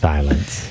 Silence